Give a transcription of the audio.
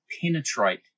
penetrate